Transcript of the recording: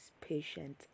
patient